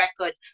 record